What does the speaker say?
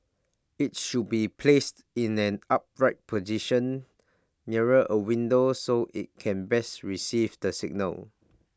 IT should be placed in an upright position near A window so IT can best receive the signal